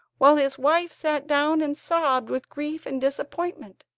while his wife sat down and sobbed with grief and disappointment.